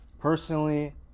personally